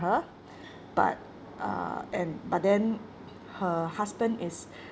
her but uh and but then her husband is